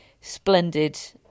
splendid